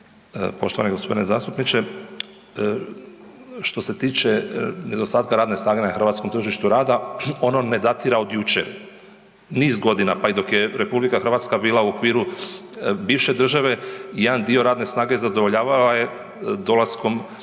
Poštovani g. zastupniče, što se tiče nedostatka radne snage za hrvatskom tržištu rada ono ne datira od jučer, niz godina, pa i dok je RH bila u okviru bivše države jedan dio radne snage zadovoljavao je dolaskom radnika